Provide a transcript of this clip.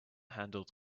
handheld